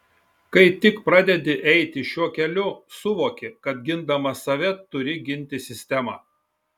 kai tik pradedi eiti šiuo keliu suvoki kad gindamas save turi ginti sistemą